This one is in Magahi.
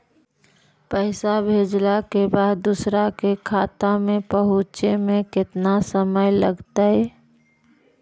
पैसा भेजला के बाद दुसर के खाता में पहुँचे में केतना समय लगतइ?